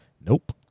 nope